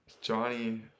Johnny